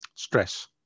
Stress